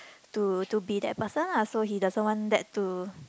to to be that person lah so he doesn't want that to